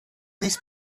these